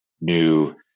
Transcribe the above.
new